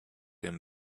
him